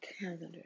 calendar